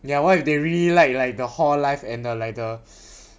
ya what if they really like like the hall life and the like the